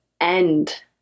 end